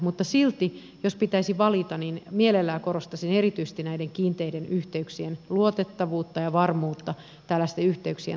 mutta silti jos pitäisi valita niin mielellään korostaisin erityisesti näiden kiinteiden yhteyksien luotettavuutta ja varmuutta tällaisten yhteyksien tarjoajina